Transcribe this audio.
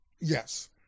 Yes